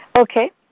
Okay